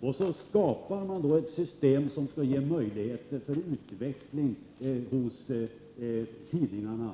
När det sedan skall skapas ett system som kan göra det möjligt med utveckling hos tidningarna,